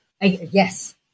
yes